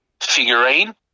figurine